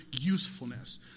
usefulness